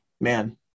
man